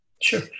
Sure